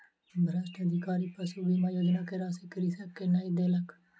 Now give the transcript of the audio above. भ्रष्ट अधिकारी पशु बीमा योजना के राशि कृषक के नै देलक